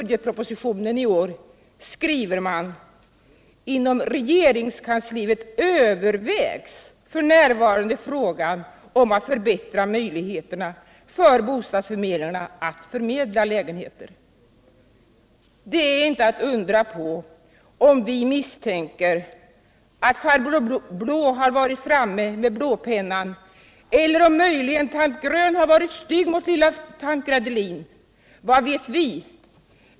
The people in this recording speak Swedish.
Det är inte att undra på om vi misstänker att farbror Blå har varit framme med blåpennan, eller att möjligen tant Grön har varit stygg mot lilla tant Gredelin. Vad vet vi?